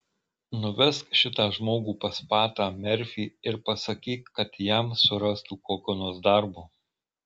nuvesk šitą žmogų pas patą merfį ir pasakyk kad jam surastų kokio nors darbo